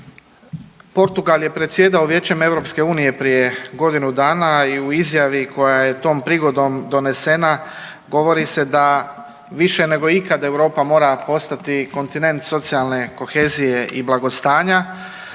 Portugal je predsjedao Vijećem EU prije godinu dana i u izjavi koja je tom prigodom donesena govori se da više nego ikad Europa mora postati kontinent socijalne kohezije i blagostanja.